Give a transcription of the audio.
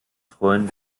freuen